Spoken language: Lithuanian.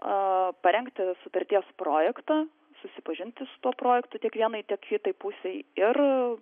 a parengti sutarties projektą susipažinti su tuo projektu tiek vienai tiek kitai pusei ir